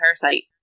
parasite